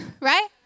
right